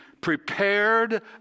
prepared